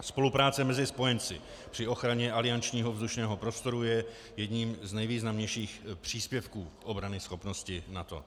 Spolupráce mezi spojenci při ochraně aliančního vzdušného prostoru je jedním z nejvýznamnějších příspěvků obranyschopnosti NATO.